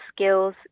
skills